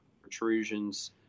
protrusions